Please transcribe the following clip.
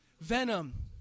Venom